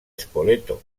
spoleto